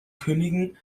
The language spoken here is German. königen